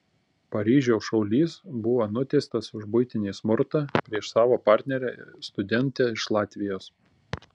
paryžiaus šaulys buvo nuteistas už buitinį smurtą prieš savo partnerę studentę iš latvijos